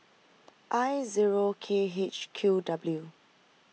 I zero K H Q W